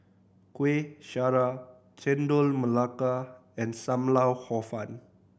Kueh Syara Chendol Melaka and Sam Lau Hor Fun